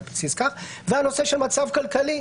וגם מצב כלכלי